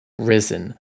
risen